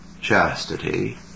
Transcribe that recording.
chastity